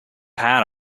pat